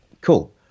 cool